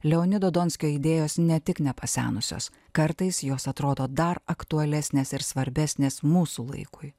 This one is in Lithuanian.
leonido donskio idėjos ne tik nepasenusios kartais jos atrodo dar aktualesnės ir svarbesnės mūsų laikui